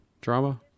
drama